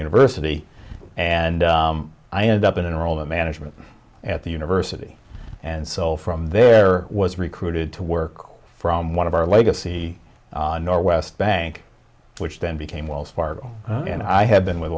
university and i ended up in a role that management at the university and so from there was recruited to work from one of our legacy nor west bank which then became wells fargo and i have been with